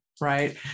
right